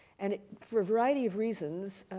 and for a variety of reasons,